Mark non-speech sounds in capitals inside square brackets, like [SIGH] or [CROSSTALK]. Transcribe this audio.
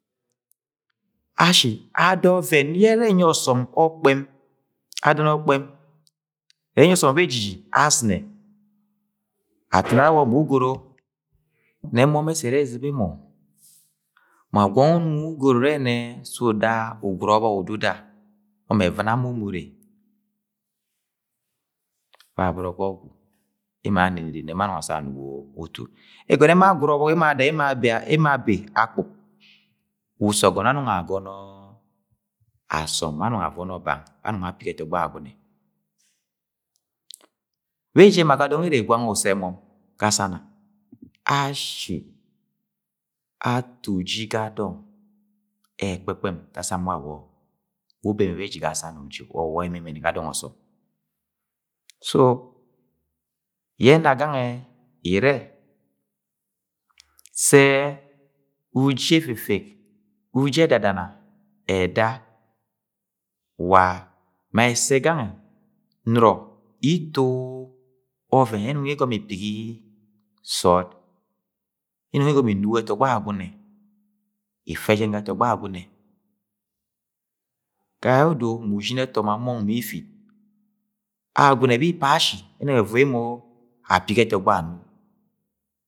[NOISE] Ashi ada ọvẹn yẹ ẹrẹ ẹnyi ọsọm ọkpẹm, adọn okpẹm enyi ọsọm bejiji aztnẹ, [NOISE] atun arẹ awawọk mu ugoro nẹ mọm ẹssẹ ẹrẹ eziba emo ma gwong unong ugoro urẹ ne sẹ uda ugwura ọbọk ududa mọm ẹvtna mọ umo urre, babọrọ ga ọgwu emo ara anenere nẹ emo anọng assẹ anugo utu, ẹgọnọ yẹ emo agwura ọbọk emo abe akpuk wa usọgọn anọng agọnọ asọm be anọng avọnọ bang be anọng apigi ẹtọgbọ. Agwagune, beji ema ga dọng erre gwang mu ussẹ mọm ga sama, ashi uji ga dọng ẹrẹ ekpekpem dasam wawo uwu ubeme bejiji ga sana uji or uwa ẹmẹmẹnẹ ga dọng ọsọm so yẹna gangẹ irẹ se uji efefek uji ẹdadana eda wa ma ẹssẹ gangẹ nọrọ Ito ọuẹn yẹ Inọng igọmọ ipigi sọọd, ye Inọng igọmọ inugo ẹtọgbọ Agwagune ife jẹn ga ẹtọgbọ Agwagune, gayeodo ushin ẹtọ ma mọng ma if, it Agwagune be ipa ashi enọng evọi emo apigi ẹtọgbọ ano